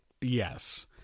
Yes